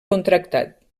contractat